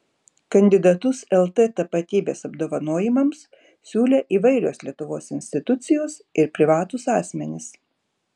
kandidatus lt tapatybės apdovanojimams siūlė įvairios lietuvos institucijos ir privatūs asmenys